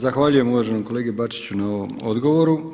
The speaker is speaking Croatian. Zahvaljujem uvaženom kolegi Bačiću na ovom odgovoru.